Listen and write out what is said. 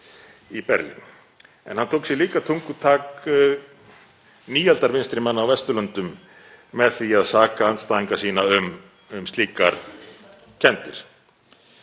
í Berlín. En hann tók sér líka tungutak nýaldar vinstri manna á Vesturlöndum með því að saka andstæðinga sína um slíkar kenndir.